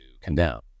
condemn